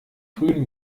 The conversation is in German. frühen